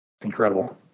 Incredible